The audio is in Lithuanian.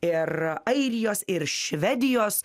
ir airijos ir švedijos